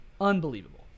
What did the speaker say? Unbelievable